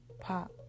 Pop